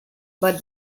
but